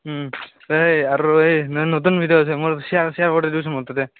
এই আৰু এই ন নতুন ভিডিঅ' আহিছে মই শ্বেয়াৰ শ্বেয়াৰ কৰি দেচোন মোৰ তাতে